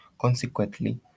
Consequently